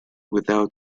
without